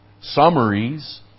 summaries